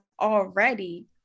already